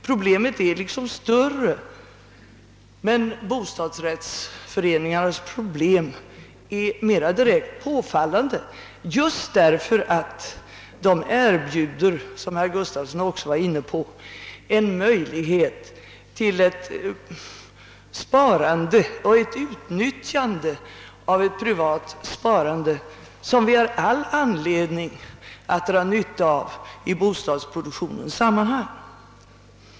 Problemet är större än så, men bostadsrättsföreningarnas problem är så påfallande just därför att de erbjuder — som herr Gustafsson också påpekade — en möjlighet till sparande och till utnyttjande av ett privat sparande som vi har anledning att ta till vara i bostadsproduktionen.